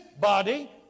body